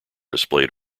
displayed